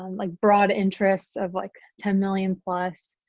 um like broad interests of like ten million plus,